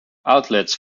outlets